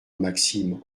maxime